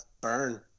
burn